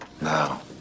Now